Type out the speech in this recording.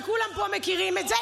וכולם פה מכירים את זה,